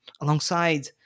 alongside